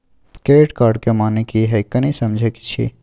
Credit card के माने की हैं, कनी समझे कि छि?